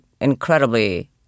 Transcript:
incredibly